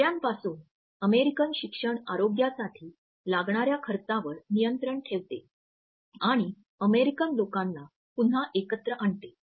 नोकऱ्यांपासून American शिक्षण आरोग्यासाठी लागणार्या खर्चावर नियंत्रण ठेवते आणि अमेरिकन लोकांना पुन्हा एकत्र आणते